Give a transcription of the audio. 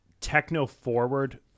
techno-forward